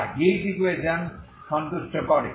যা হিট ইকুয়েশনকে সন্তুষ্ট করে